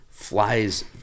flies